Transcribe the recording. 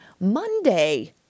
Monday